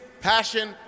passion